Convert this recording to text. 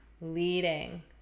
leading